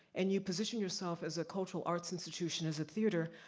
and you position yourself as a cultural arts institution, as a theater,